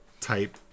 type